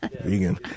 Vegan